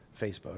Facebook